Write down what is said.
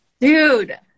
Dude